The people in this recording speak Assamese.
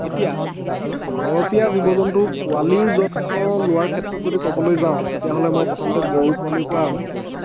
এতিয়া ঘৰচীয়া জীৱ জন্তুৰ পেৱালীৰ যত্ন লোৱাৰ ক্ষেত্ৰত যদি ক'বলৈ যাওঁ তেতিয়াহ'লে মই প্ৰথমতে গৰু পোৱালিৰ পৰা আৰম্ভ কৰিছোঁ